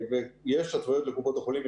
יש התוויות לקופות החולים.